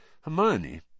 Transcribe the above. Hermione